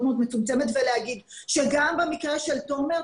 מאוד מצומצמת ולהגיד שגם במקרה של תומר,